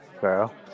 girl